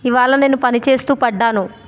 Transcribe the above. ఇవాళ నేను పనిచేస్తూ పడ్డాను